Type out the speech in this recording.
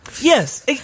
Yes